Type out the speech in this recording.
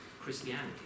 Christianity